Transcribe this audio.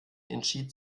entschied